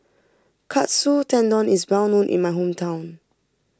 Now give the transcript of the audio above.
Katsu Tendon is well known in my hometown